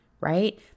right